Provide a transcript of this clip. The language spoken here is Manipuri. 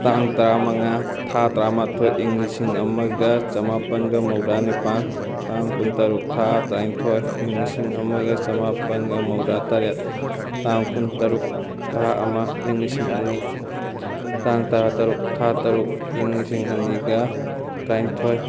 ꯇꯥꯡ ꯇꯔꯥꯃꯉꯥ ꯊꯥ ꯇꯔꯥꯃꯥꯊꯣꯏ ꯏꯪ ꯂꯤꯁꯤꯡ ꯑꯃꯒ ꯆꯃꯥꯄꯜꯒ ꯃꯧꯗ꯭ꯔꯥꯅꯤꯄꯥꯟ ꯇꯥꯡ ꯀꯨꯟꯇꯔꯨꯛ ꯊꯥ ꯇꯔꯥꯅꯤꯊꯣꯏ ꯏꯪ ꯂꯤꯁꯤꯡ ꯑꯃꯒ ꯆꯃꯥꯄꯜꯒ ꯃꯧꯗ꯭ꯔꯥꯇꯔꯦꯠ ꯇꯥꯡ ꯀꯨꯟꯇꯔꯨꯛ ꯊꯥ ꯑꯃ ꯏꯪ ꯂꯤꯁꯤꯡ ꯑꯅꯤ ꯇꯥꯡ ꯇꯔꯥ ꯇꯔꯨꯛ ꯊꯥ ꯇꯔꯨꯛ ꯏꯪ ꯂꯤꯁꯤꯡꯑꯅꯤꯒ ꯇꯔꯥꯅꯤꯊꯣꯏ